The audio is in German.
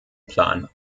plan